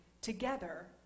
together